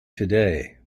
today